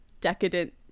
decadent